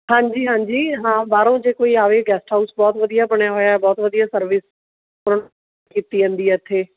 ਹਾਂਜੀ ਹਾਂਜੀ ਹਾਂ ਬਾਹਰੋਂ ਜੇ ਕੋਈ ਆਵੇ ਗੈਸਟ ਹਾਊਸ ਬਹੁਤ ਵਧੀਆ ਬਣਿਆ ਹੋਇਆ ਬਹੁਤ ਵਧੀਆ ਸਰਵਿਸ ਕੀਤੀ ਜਾਂਦੀ ਇੱਥੇ